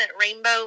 rainbow